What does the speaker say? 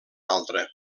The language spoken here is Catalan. altre